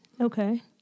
Okay